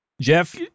Jeff